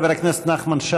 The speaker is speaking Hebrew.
חבר הכנסת נחמן,